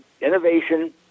innovation